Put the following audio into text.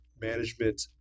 management